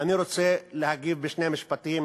אני רוצה להגיב בשני משפטים